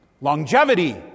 Longevity